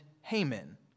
Haman